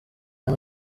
aya